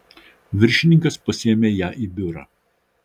viršininkas pasiėmė ją į biurą